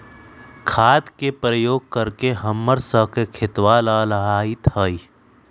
खाद के प्रयोग करे से हम्मर स के खेतवा लहलाईत हई